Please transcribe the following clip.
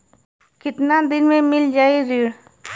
कितना दिन में मील जाई ऋण?